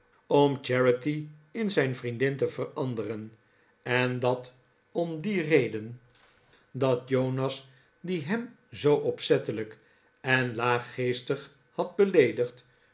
charity in zijn vriendin te veranderen en dat om die reden dat jonas die hem zoo opzettelijk en laaggeestig had beleedigd